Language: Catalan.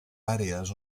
àrees